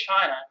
China